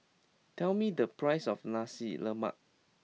tell me the price of Nasi Lemak